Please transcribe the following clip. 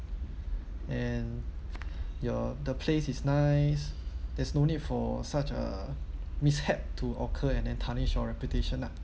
and your the place is nice there's no need for such a mishap to occur and then tarnish your reputation lah